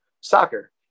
soccer